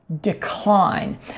decline